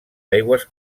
aigües